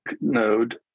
node